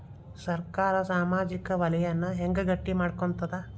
ಸರ್ಕಾರಾ ಸಾಮಾಜಿಕ ವಲಯನ್ನ ಹೆಂಗ್ ಗಟ್ಟಿ ಮಾಡ್ಕೋತದ?